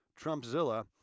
Trumpzilla